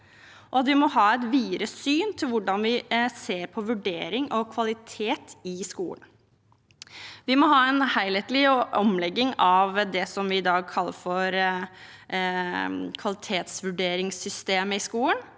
vi må ha et videre syn på hvordan vi ser på vurdering av kvalitet i skolen. Vi må ha en helhetlig omlegging av det vi i dag kaller for kvalitetsvurderingssystemet i skolen,